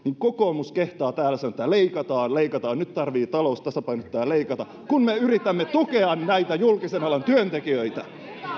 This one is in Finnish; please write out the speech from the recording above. kokoomus kehtaa täällä sanoa että leikataan leikataan nyt tarvitsee talous tasapainottaa ja leikata kun me yritämme tukea näitä julkisen alan työntekijöitä